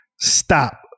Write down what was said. Stop